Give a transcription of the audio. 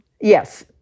Yes